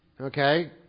Okay